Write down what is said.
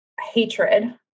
hatred